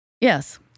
Yes